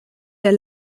der